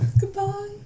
Goodbye